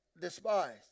despised